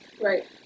Right